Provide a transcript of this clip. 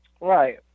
Right